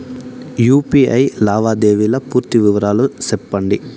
UPI లావాదేవీల పూర్తి వివరాలు సెప్పండి?